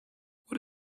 what